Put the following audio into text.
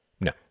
No